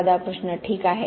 राधाकृष्ण ठीक आहे